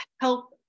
help